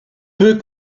peu